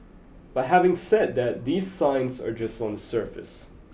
but having said that these signs are just on the surface